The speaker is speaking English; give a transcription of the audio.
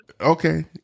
Okay